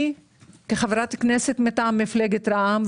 אני כחברת כנסת מטעם מפלגת רע"מ,